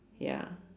ya